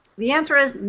the answer is,